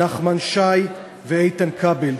נחמן שי ואיתן כבל.